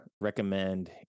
recommend